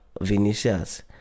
Vinicius